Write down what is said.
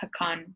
hakan